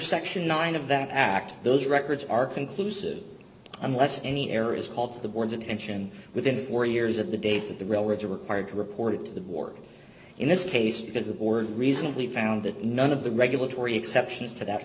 section nine of that act those records are conclusive unless any error is called the board's in action within four years of the date that the railroads are required to report it to the board in this case because the board reasonably found that none of the regulatory exceptions to that